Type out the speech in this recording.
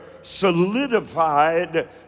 solidified